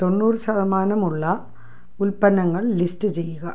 തൊണ്ണൂറ് ശതമാനമുള്ള ഉൽപ്പന്നങ്ങൾ ലിസ്റ്റ് ചെയ്യുക